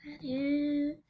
Hello